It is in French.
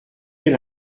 elle